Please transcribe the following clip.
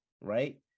right